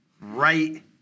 right